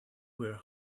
were